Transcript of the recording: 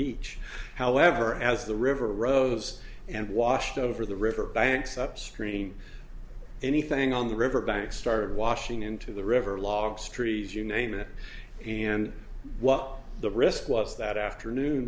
each however as the river rose and washed over the river banks upstream anything on the river banks started washing into the river logs trees you name it and while the risk was that afternoon